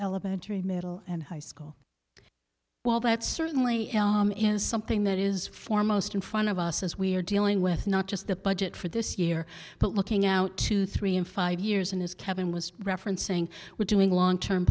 elementary middle and high school well that's certainly something that is foremost in front of us as we are dealing with not just the budget for this year but looking out to three in five years and as kevin was referencing we're doing long term